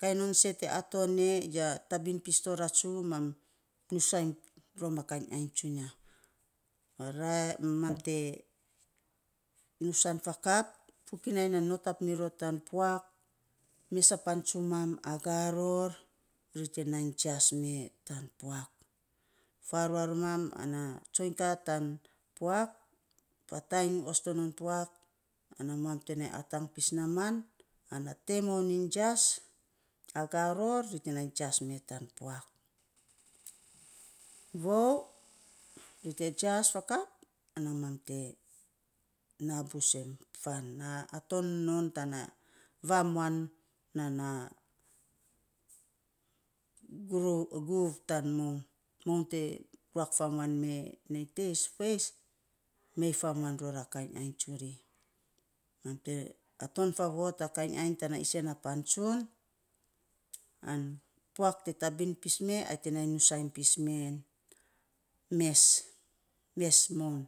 kainy non sei te aton e ya tabin pis to ratsu, mam nusainy rom a kainy ainy tsunya. Orait mam te nusan fakap, fokinai nai notap mi ror tan puak mes sa pan tsumam aga ror ri te nainy jias me tan puak. Farua romam ana tsoiny ka tan puak fa tainy osto non puak ana mam te nainy atang pis naman na te moun iny jias aga ror ri te nainy jias me tan puak. vou ri te jias fakap ana mam te na busem fan na atom non tana vamuan nan na guv tan moun. Moun te ruak famuan me nei teis foeis mei famuan ror a kainy ainy tsuri mam te atom favot kainy ainy tana sen na pan tsun. An puak te tabin pis me ai te nainy nusan men mes, mes moun.